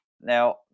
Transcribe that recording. Now